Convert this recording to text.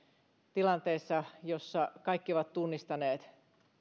tilanteessa jossa kaikki ovat tunnistaneet